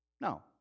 No